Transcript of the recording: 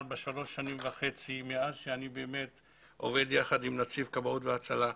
בשלוש וחצי השנים מאז אני עובד יחד עם נציב כבאות והצלה.